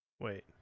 Wait